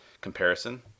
comparison